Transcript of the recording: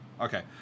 Okay